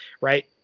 right